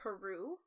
Peru